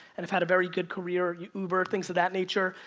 and have had a very good career, uber things of that nature,